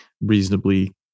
reasonably